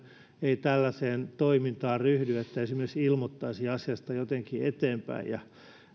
ei tällaiseen toimintaan ryhdy että esimerkiksi ilmoittaisi asiasta jotenkin eteenpäin